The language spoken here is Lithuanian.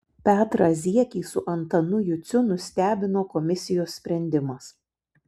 petrą ziekį su antanu juciu nustebino komisijos sprendimas